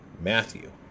Matthew